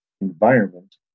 environment